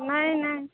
नहि नहि